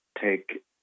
take